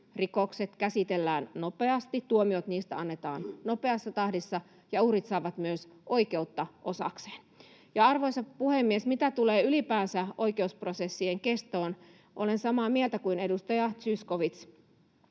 rikokset käsitellään nopeasti, tuomiot niistä annetaan nopeassa tahdissa ja uhrit saavat myös oikeutta osakseen. Arvoisa puhemies! Mitä tulee ylipäänsä oikeusprosessien kestoon, olen samaa mieltä kuin edustaja Zyskowicz.